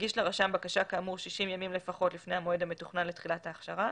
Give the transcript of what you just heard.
יגיש לרשם בקשה כאמור 60 ימים לפחות לפני המועד המתוכנן לתחילת ההכשרה,